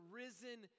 risen